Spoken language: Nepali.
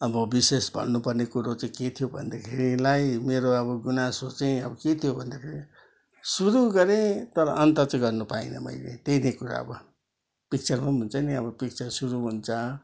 अब विशेष भन्नुपर्ने कुरो चाहिँ के थियो भनेदेखिलाई मेरो अब गुनासो चाहिँ के थियो भन्दाखेरि सुरू गरेँ तर अन्त चाहिँ गर्न पाइनँ मैले त्यही नै कुरा अब पिक्चरमा पनि भन्छ नि पिक्चर सुरू हुन्छ